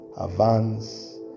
advance